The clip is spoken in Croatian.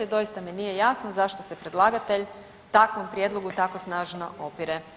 I doista mi nije jasno zašto se predlagatelj takvom prijedlogu tako snažno opire.